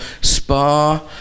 spa